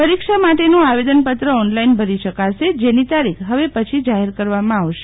પરીક્ષા માટેનું આવેદનપત્ર ઓનલાઈન ભરી શકાશે જેની તારીખ હવે પછી જાહેર કરવામાં આવશે